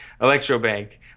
ElectroBank